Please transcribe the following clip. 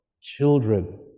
children